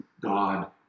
God